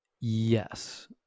yes